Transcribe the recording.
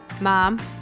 mom